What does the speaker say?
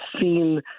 seen